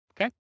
Okay